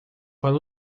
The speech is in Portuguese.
para